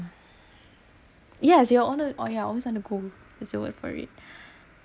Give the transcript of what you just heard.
yes you are on the ya always on the go that's the word for it